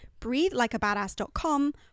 breathelikeabadass.com